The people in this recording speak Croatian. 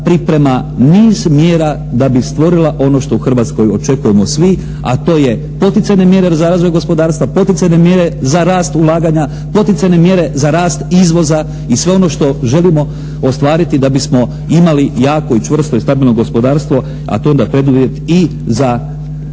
priprema niz mjera da bi stvorila ono što u Hrvatskoj očekujemo svi, a to je poticajne mjere za razvoj gospodarstva, poticajne mjere za rast ulaganja, poticajne mjere za rast izvoza i sve ono što želimo ostvariti da bismo imali jako i čvrsto i stabilno gospodarstvo, a to je onda preduvjet i za rast